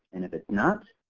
and if it's not,